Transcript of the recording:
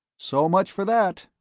so much for that,